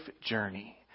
journey